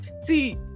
See